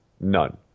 none